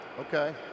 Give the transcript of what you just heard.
okay